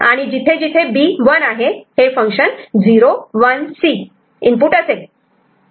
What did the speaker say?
आणि जिथे जिथे B 1 आहे आपण तिथे हे F इनपुट असेल